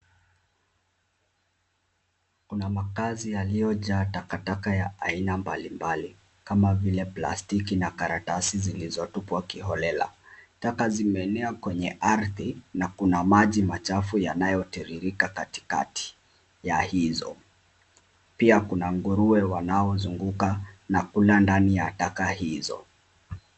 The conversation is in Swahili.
Kuna makazi yaliyojaa taka taka ya aina mbali mbali kama vile plastiki na karatasi zilizotupwa kiholela. Taka zimeenea kwenye ardhi na kuna maji yanayotiririka katikati ya hizo. Pia kuna nguruwe wanaozunguka na kula ndani ya taka hizo.